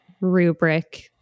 rubric